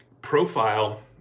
profile